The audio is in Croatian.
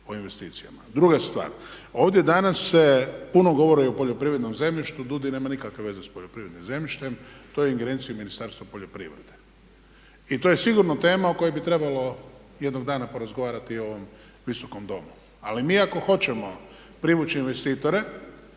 o investicijama. Druga stvar, ovdje danas se puno govori o poljoprivrednom zemljištu, DUUDI nema nikakve veze s poljoprivrednim zemljištem, to je u ingerenciji Ministarstva poljoprivrede. I to je sigurno tema o kojoj bi trebalo jednog dana porazgovarati u ovom Visokom domu. Ali mi ako hoćemo privući investitore,